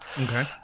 Okay